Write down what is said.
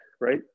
right